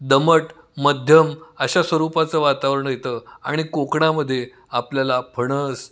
दमट मध्यम अशा स्वरूपाचं वातावरण येतं आणि कोकणामध्ये आपल्याला फणस